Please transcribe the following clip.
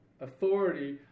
authority